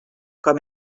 com